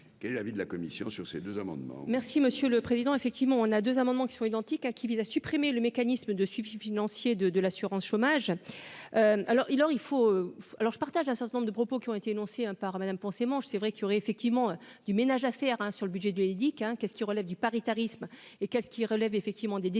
Quel est l'avis de la commission sur ces deux amendements. Merci monsieur le Président, effectivement, on a 2 amendements qui sont identiques à qui vise à supprimer le mécanisme de suivi financier de de l'assurance chômage, alors il leur il faut alors je partage un certain nombre de propos qui ont été énoncés par Madame mangent c'est vrai qu'il y aurait effectivement du ménage à faire, hein, sur le budget de l'Unédic, hein, qu'est-ce qui relève du paritarisme et qu'est-ce qui relève effectivement des décisions